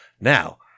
Now